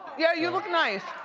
yeah you look nice.